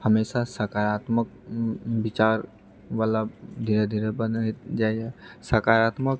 हमेशा सकारात्मक विचारवला धीरे धीरे बनैत जाइए सकारात्मक